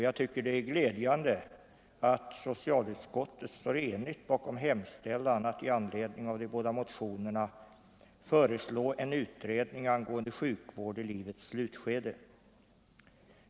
Jag tycker det är glädjande att socialutskottet står enigt bakom hemställan att i anledning av de båda motionerna föreslå en utredning angående sjukvård i livets slutskede.